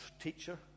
teacher